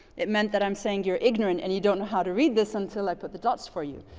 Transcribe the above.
it meant that i'm saying you're ignorant and you don't know how to read this until i put the dots for you.